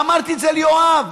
ואמרתי את זה ליואב,